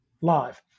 live